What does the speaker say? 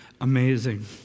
amazing